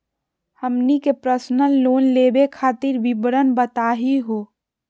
हमनी के personal loan लेवे खातीर विवरण बताही हो?